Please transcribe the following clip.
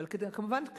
כמובן,